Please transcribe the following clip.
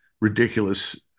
ridiculous